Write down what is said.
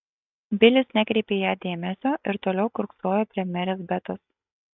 bilis nekreipė į ją dėmesio ir toliau kiurksojo prie merės betos